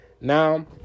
Now